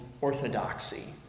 orthodoxy